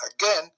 again